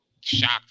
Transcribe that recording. shocked